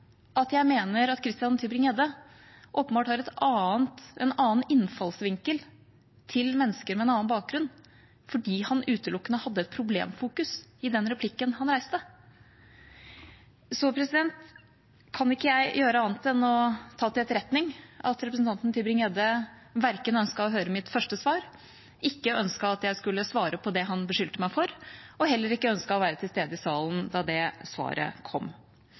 at jeg mener at Christian Tybring-Gjedde åpenbart har en annen innfallsvinkel til mennesker med en annen bakgrunn – fordi han utelukkende hadde et problemfokus i den replikken han reiste. Så kan ikke jeg gjøre annet enn å ta til etterretning at representanten Tybring-Gjedde ikke ønsket å høre mitt første svar, ikke ønsket at jeg skulle svare på det han beskyldte meg for, og heller ikke ønsket å være til stede i salen da det svaret kom.